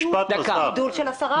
תב"עות חדשות לאלפי יחידות,